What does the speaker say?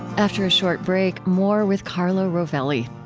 after a short break, more with carlo rovelli.